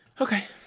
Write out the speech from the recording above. Okay